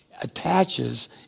attaches